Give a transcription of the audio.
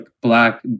black